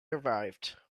arrived